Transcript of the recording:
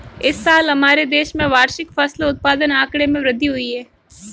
इस साल हमारे देश में वार्षिक फसल उत्पादन आंकड़े में वृद्धि हुई है